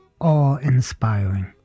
awe-inspiring